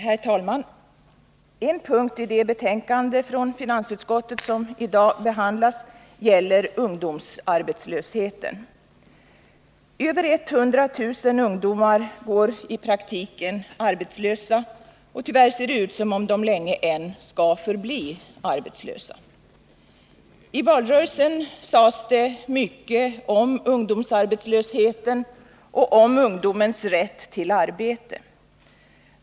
Herr talman! En punkt i det betänkande från finansutskottet som i dag behandlas gäller ungdomsarbetslösheten. Över 100000 ungdomar går i praktiken arbetslösa, och tyvärr ser det ut som om de länge än skall förbli arbetslösa. I valrörelsen sades det mycket om ungdomsarbetslösheten och om ungdomens rätt till arbete.